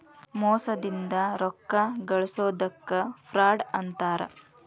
ಮೋಸದಿಂದ ರೊಕ್ಕಾ ಗಳ್ಸೊದಕ್ಕ ಫ್ರಾಡ್ ಅಂತಾರ